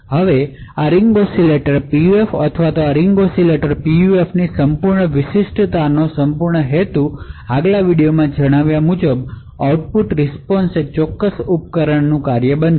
હવે આ ring oscillator PUFનો હેતુ અથવા આ રીંગ ઓસિલેટર PUFની સંપૂર્ણ વિશિષ્ટતા પહેલાની વિડિઓમાં જણાવ્યા મુજબ આ આઉટપુટ રીસ્પોન્શ એ તે ચોક્કસ ઉપકરણનું ફંકશન બનશે